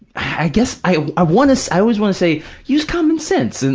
i guess i i want to, so i always want to say use common sense and,